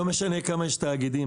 לא משנה כמה תאגידים יש,